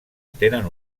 tenen